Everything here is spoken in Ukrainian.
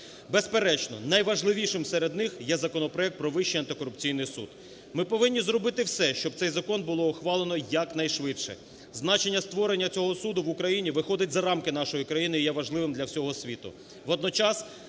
Безперечно, найважливішим серед них є законопроект про Вищий антикорупційний суд. Ми повинні зробити все, щоб цей закон було ухвалено якнайшвидше. Значення створення цього суду в Україні виходить за рамки нашої країни і є важливим для всього світу.